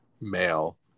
male